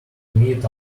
meet